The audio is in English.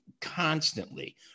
constantly